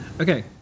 Okay